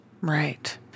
Right